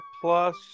plus